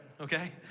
Okay